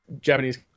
japanese